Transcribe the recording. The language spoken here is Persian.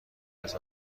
است